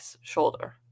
shoulder